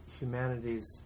humanity's